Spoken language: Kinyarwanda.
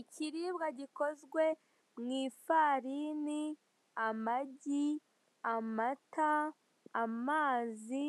Ikiribwa gikoze mu ifarini, amagi, amata, amazi,